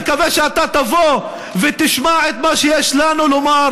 אני מקווה שאתה תבוא ותשמע את מה שיש לנו לומר,